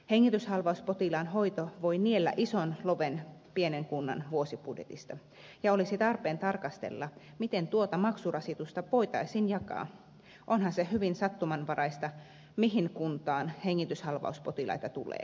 hengityshalvauspotilaan hoito voi niellä ison loven pienen kunnan vuosibudjetista ja olisi tarpeen tarkastella miten tuota maksurasitusta voitaisiin jakaa onhan se hyvin sattumanvaraista mihin kuntaan hengityshalvauspotilaita tulee